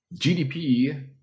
GDP